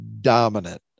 dominant